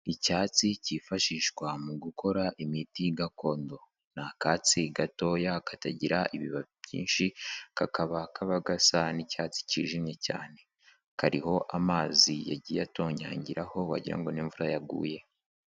Icyatsi kifashishwa mu gukora imiti gakondo, ni akatsi gatoya katagira ibibabi byinshi kakaba kaba gasa n'icyatsi kijimye cyane, kariho amazi yagiye atonyangiraho wagira ngo ni imvura yaguye.